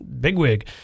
bigwig